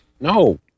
No